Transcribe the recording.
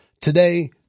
today